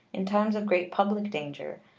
in times of great public danger,